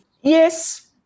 yes